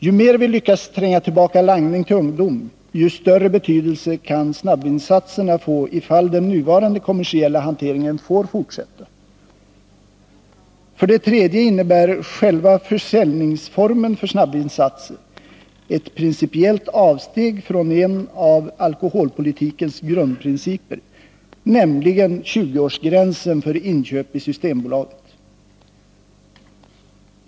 Ju mer vi lyckas tränga tillbaka langning till ungdom, desto större betydelse kan snabbvinsatserna få, ifall den nuvarande kommersiella hanteringen får fortsätta. För det tredje innebär själva försäljningsformen för snabbvinsatser ett principiellt avsteg från en av alkoholpolitikens grundprinciper, nämligen 20-årsgränsen för inköp i Systembolaget.